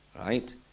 right